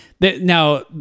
Now